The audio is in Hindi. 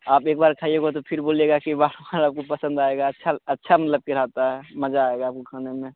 आप एक बार खाइएगा तो फिर बोलिएगा कि वाह आपको पसंद आएगा अच्छा अच्छा मतलब फिर आता है मज़ा आएगा आपको खाने में